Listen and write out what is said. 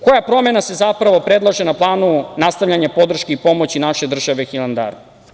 Koja promena se zapravo predlaže na planu nastavljanja podrške i pomoći naše države Hilandaru?